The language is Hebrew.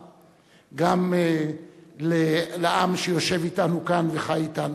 גם לעם שיושב אתנו כאן וחי אתנו.